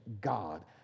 God